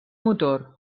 motor